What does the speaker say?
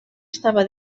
estava